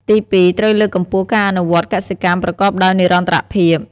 ទីពីរ ត្រូវលើកកម្ពស់ការអនុវត្តកសិកម្មប្រកបដោយនិរន្តរភាព។